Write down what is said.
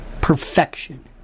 perfection